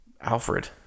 Alfred